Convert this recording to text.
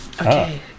Okay